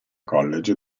college